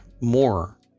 more